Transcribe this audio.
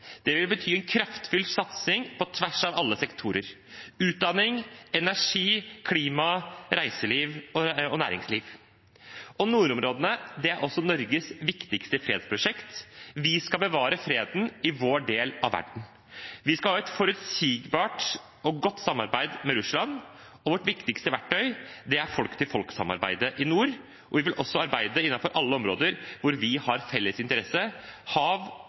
Det vil bety en kraftfull satsing på tvers av alle sektorer – utdanning, energi, klima, reiseliv og næringsliv. Nordområdene er også Norges viktigste fredsprosjekt. Vi skal bevare freden i vår del av verden. Vi skal ha et forutsigbart og godt samarbeid med Russland. Vårt viktigste verktøy er folk-til-folk-samarbeidet i nord, og vi vil også arbeide innenfor alle områder hvor vi har felles interesse: hav,